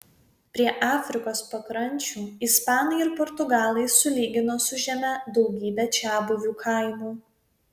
prie afrikos pakrančių ispanai ir portugalai sulygino su žeme daugybę čiabuvių kaimų